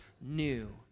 new